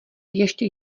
ještě